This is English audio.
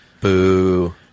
Boo